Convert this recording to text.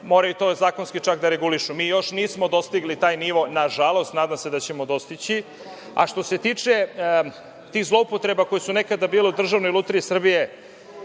moraju to zakonski čak da regulišu. Mi još nismo dostigli taj nivo, nažalost, nadam se da ćemo dostići. Što se tiče tih zloupotreba koje su nekada bile u Državnoj lutriji Srbije,